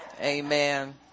amen